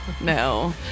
No